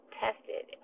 tested